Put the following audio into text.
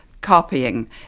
copying